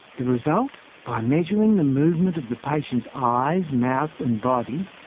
the result? by measuring the movement of the patient's eyes, mouth and body,